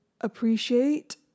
appreciate